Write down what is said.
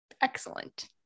Excellent